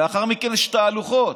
לאחר מכן יש תהלוכות.